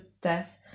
death